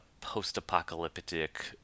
post-apocalyptic